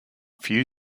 few